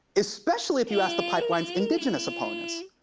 especially if you ask the pipeline's indigenous opponents.